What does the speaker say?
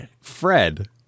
Fred